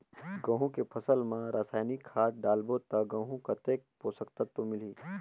गंहू के फसल मा रसायनिक खाद डालबो ता गंहू कतेक पोषक तत्व मिलही?